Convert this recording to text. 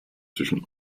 zwischen